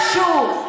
ותלמדי משהו.